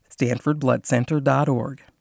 StanfordBloodCenter.org